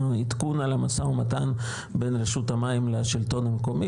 עדכון על משא ומתן בין רשות המים לרשות המקומית.